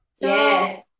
yes